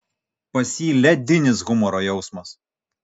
pas jį ledinis humoro jausmas